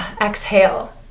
exhale